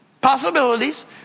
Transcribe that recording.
possibilities